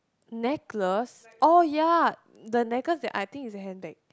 necklace oh ya the necklace that I think is a handbag